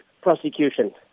prosecution